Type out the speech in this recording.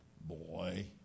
Boy